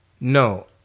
no